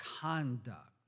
conduct